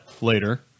later